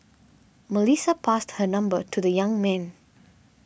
Melissa passed her number to the young man